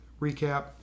recap